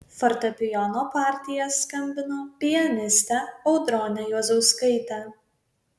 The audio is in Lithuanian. fortepijono partiją skambino pianistė audronė juozauskaitė